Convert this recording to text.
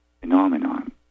phenomenon